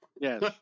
Yes